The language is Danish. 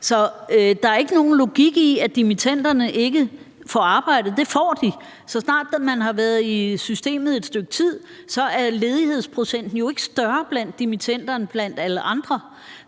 Så der ikke er nogen logik i at sige, at dimittenderne ikke får arbejde. Det får de. Så snart de har været i systemet et stykke tid, er ledighedsprocenten jo ikke større blandt dimittenderne end blandt andre.